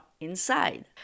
inside